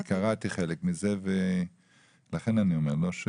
קראתי חלק מזה, לכן אני אומר.